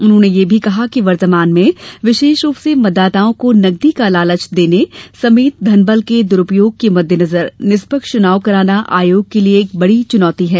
उन्होंने यह भी कहा कि वर्तमान में विशेष रूप से मतदाताओं को नकदी का लालच देने समेत धन बल के दुरूपयोग के मद्देनजर निष्पक्ष चुनाव कराना आयोग के लिए एक बड़ी चुनौती है